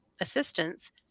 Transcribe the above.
assistance